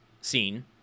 scene